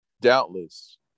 Doubtless